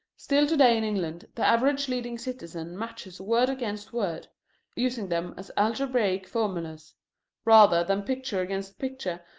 still to-day in england the average leading citizen matches word against word using them as algebraic formulas rather than picture against picture,